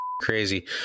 crazy